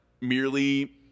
merely